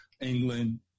England